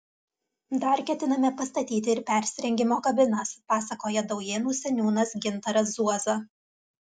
dar ketiname pastatyti ir persirengimo kabinas pasakoja daujėnų seniūnas gintaras zuoza